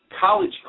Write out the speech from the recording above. college